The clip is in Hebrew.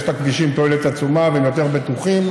ויש לכבישים תועלת עצומה והם יותר בטוחים,